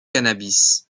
cannabis